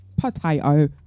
potato